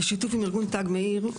בשיתוף עם ארגון תג מאיר,